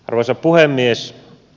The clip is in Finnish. arvoisa puhemies